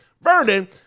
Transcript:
Vernon